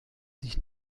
sich